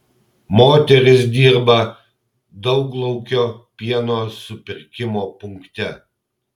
moteris dirba dauglaukio pieno supirkimo punkte